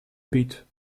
beat